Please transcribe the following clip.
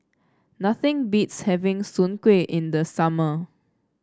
nothing beats having Soon Kuih in the summer